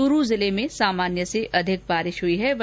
चुरू जिले में सामान्य से अधिक बारिश हुई हे